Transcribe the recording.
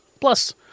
Plus